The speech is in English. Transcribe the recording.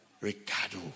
Ricardo